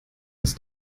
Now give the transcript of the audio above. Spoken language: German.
ins